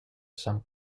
some